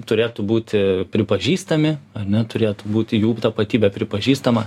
turėtų būti pripažįstami neturėtų būti jų tapatybė pripažįstama